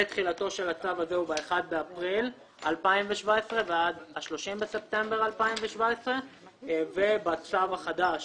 תחילתו של הצו הזה הוא ב-1 באפריל 2017 ועד ה-30 בספטמבר 2017. בצו החדש